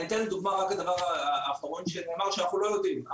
אני אתן לדוגמה רק דבר אחרון שנאמר שאנחנו לא יודעים,